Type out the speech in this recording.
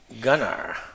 Gunnar